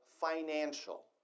financial